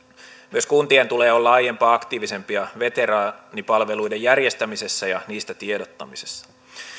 myös kuntien tulee olla aiempaa aktiivisempia veteraanipalveluiden järjestämisessä ja niistä tiedottamisessa